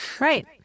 right